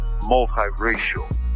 multiracial